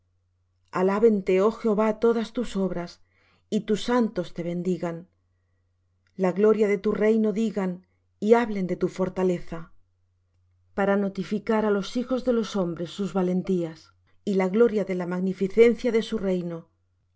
obras alábente oh jehová todas tus obras y tus santos te bendigan la gloria de tu reino digan y hablen de tu fortaleza para notificar á los hijos de los hombre sus valentías y la gloria de la magnificencia de su reino